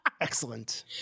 Excellent